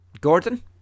Gordon